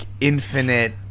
infinite